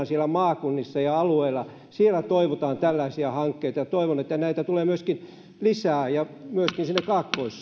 siellä maakunnissa ja alueilla siellä toivotaan tällaisia hankkeita ja toivon että näitä tulee myöskin lisää ja myöskin sinne kaakkois